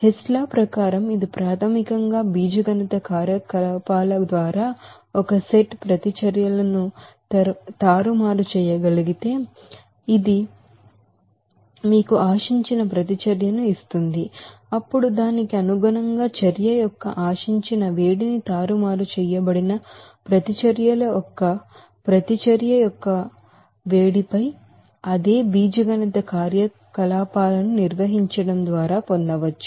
Hess law ప్రకారం ఇది ప్రాథమికంగా అల్జేబ్రైక్ ఆపరేషన్స్ ద్వారా ఒక సెట్ ప్రతిచర్యలను తారుమారు చేయగలిగితే ఇది మీకు ఆశించిన ప్రతిచర్యను ఇస్తుంది అప్పుడు దానికి అనుగుణంగా చర్య యొక్క ఆశించిన వేడిని తారుమారు చేయబడిన ప్రతిచర్యల యొక్క ప్రతిచర్య యొక్క ప్రతిచర్య యొక్క వేడిమిపై అదే అల్జేబ్రైక్ ఆపరేషన్స్ ను నిర్వహించడం ద్వారా పొందవచ్చు